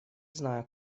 знаю